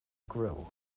grill